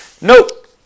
nope